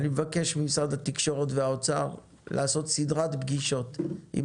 אני מבקש ממשרד התקשורת ומשרד האוצר לעשות סדרת פגישות עם